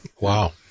Wow